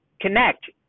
connect